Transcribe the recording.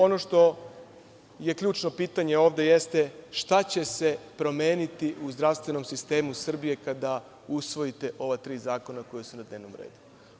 Ono što je ključno pitanje ovde – šta će se promeniti u zdravstvenom sistemu Srbije kada usvojite ova tri zakona koja su na dnevnom redu?